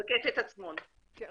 זה